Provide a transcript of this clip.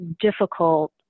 difficult